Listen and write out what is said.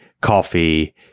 coffee